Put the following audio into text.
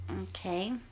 Okay